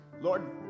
Lord